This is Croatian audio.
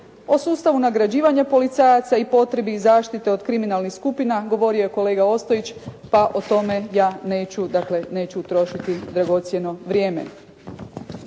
O sustavu nagrađivanja policajaca i potrebi zaštite od kriminalnih skupila govorio je kolega Ostojić, pa o tome ja neću trošiti dragocjeno vrijeme.